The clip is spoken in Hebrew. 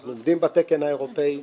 אנחנו עומדים בתקן האירופי.